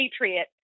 patriot